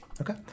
Okay